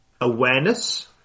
awareness